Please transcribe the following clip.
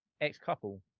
ex-couple